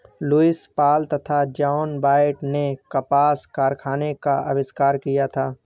Lewis Paul तथा John Wyatt ने कपास कारखाने का आविष्कार किया था